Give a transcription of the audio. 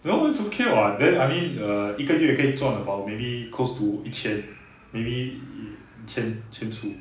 that one is okay [what] then I mean err 一个月可以赚 about maybe close to 一千 maybe 千千出